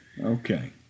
Okay